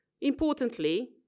Importantly